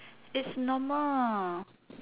it's normal